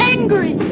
Angry